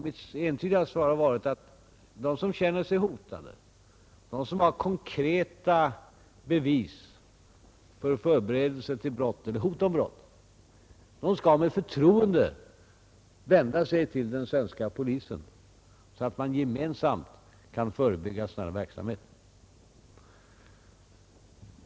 Mitt entydiga svar har varit att de som känner sig hotade, de som har konkreta bevis på förberedelse till eller hot om brott skall med förtroende vända sig till den svenska polisen så att man gemensamt kan förebygga sådan verksamhet.